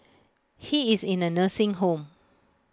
he is in A nursing home